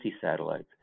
satellites